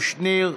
אלכס קושניר,